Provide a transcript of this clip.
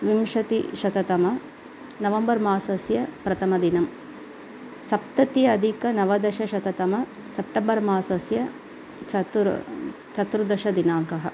विंशतिशततम नवम्बर् मासस्य प्रथमदिनं सप्तति अधिक नवदशशततम सप्टम्बर् मासस्य चतुर् चतुर्दशदिनाङ्कः